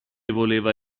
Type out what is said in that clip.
voleva